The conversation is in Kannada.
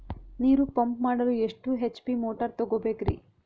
ನೀರು ಪಂಪ್ ಮಾಡಲು ಎಷ್ಟು ಎಚ್.ಪಿ ಮೋಟಾರ್ ತಗೊಬೇಕ್ರಿ?